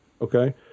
okay